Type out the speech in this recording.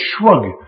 shrug